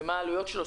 ומה העלויות שלו?